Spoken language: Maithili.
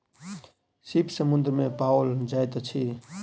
सीप समुद्र में पाओल जाइत अछि